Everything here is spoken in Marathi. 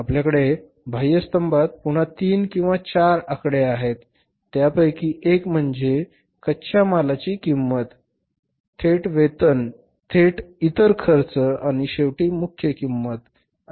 आपल्याकडे बाह्य स्तंभात पुन्हा तीन किंवा चार आकडे आहेत त्यापैकी एक म्हणजे कच्च्या मालाची किंमत थेट वेतन थेट इतर खर्च आणि शेवटी मुख्य किंमत